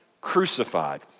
crucified